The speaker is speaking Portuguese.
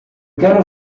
quero